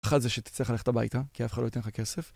אחת, זה שתצטרך ללכת הביתה, כי אף אחד לא יתן לך כסף.